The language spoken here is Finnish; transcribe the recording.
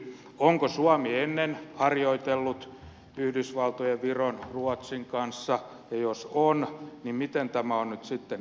onko suomi ennen harjoitellut yhdysvaltojen viron ruotsin kanssa ja jos on niin miten tämä on nyt sitten erilaista